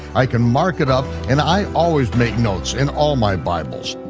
i can mark it up, and i always make notes in all my bibles.